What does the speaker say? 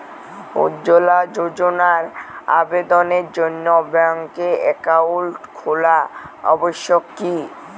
উজ্জ্বলা যোজনার আবেদনের জন্য ব্যাঙ্কে অ্যাকাউন্ট খোলা আবশ্যক কি?